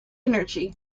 energy